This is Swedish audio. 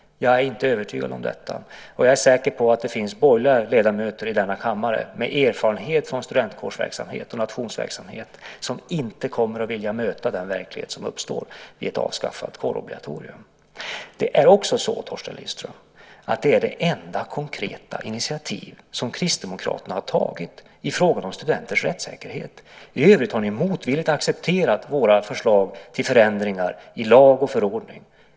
Jag är inte övertygad om det. Och jag är säker på att det finns borgerliga ledamöter i denna kammare med erfarenhet från studentkårsverksamhet och nationsverksamhet som inte kommer att vilja möta den verklighet som uppstår vid ett avskaffat kårobligatorium. Det är också så, Torsten Lindström, att det är det enda konkreta initiativ som Kristdemokraterna har tagit i frågan om studenters rättssäkerhet. I övrigt har ni motvilligt accepterat våra förslag till förändringar i lag och förordning.